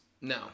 No